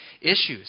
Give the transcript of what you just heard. issues